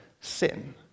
sin